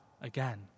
again